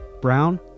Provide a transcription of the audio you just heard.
Brown